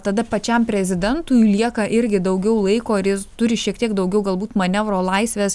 tada pačiam prezidentui lieka irgi daugiau laiko ir jis turi šiek tiek daugiau galbūt manevro laisvės